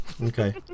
Okay